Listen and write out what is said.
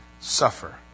suffer